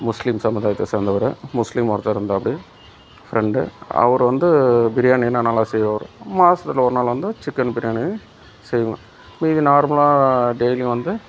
முஸ்லீம் சமூதாயத்தை சேர்ந்தவரு முஸ்லீம் ஒருத்தர் இருந்தாப்பிடி ஃப்ரெண்டு அவரு வந்து பிரியாணினால் நல்லா செய்வார் மாதத்துல ஒரு நாள் வந்து சிக்கன் பிரியாணி செய்வோம் மீதி நார்மலாக டெய்லியும் வந்து